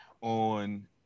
on